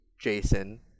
Jason